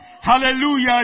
Hallelujah